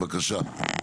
בבקשה.